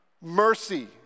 Mercy